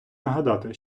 нагадати